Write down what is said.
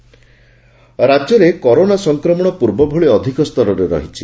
corona Odisha ରାଜ୍ୟରେ corona ସଂକ୍ରମଶ ପୂର୍ବ ଭଳି ଅଧିକ ସ୍ତରରେ ରହିଛି